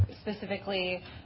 specifically